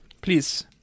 Please